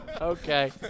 Okay